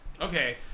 Okay